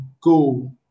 go